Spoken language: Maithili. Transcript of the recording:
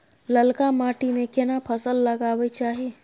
ललका माटी में केना फसल लगाबै चाही?